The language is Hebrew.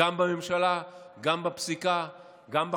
גם בממשלה, גם בפסיקה, גם בחקיקה?